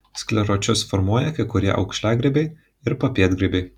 skleročius formuoja kai kurie aukšliagrybiai ir papėdgrybiai